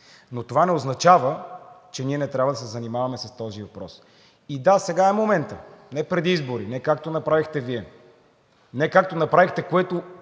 Но това не означава, че ние не трябва да се занимаваме с този въпрос. И да, сега е моментът – не преди избори, не както направихте Вие. Не както направихте това,